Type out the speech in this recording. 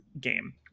game